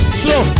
slow